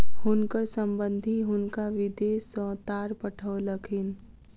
हुनकर संबंधि हुनका विदेश सॅ तार पठौलखिन